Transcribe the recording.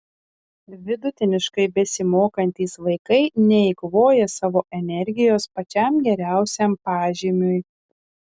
vidutiniškai besimokantys vaikai neeikvoja savo energijos pačiam geriausiam pažymiui